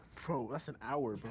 bro, that's an hour, bro.